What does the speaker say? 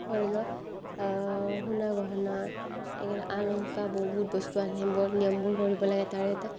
ধৰি লওক সোণৰ গহনাৰ এইগিলা আ অলংকাৰ বহুত বস্তু আহিব নিয়মবোৰ কৰিব লাগে তাৰে এটা